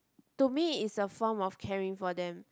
to me is a form of caring for them